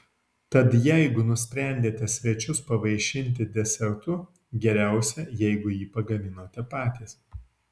tad jeigu nusprendėte svečius pavaišinti desertu geriausia jeigu jį pagaminote patys